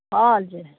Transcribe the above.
हजुर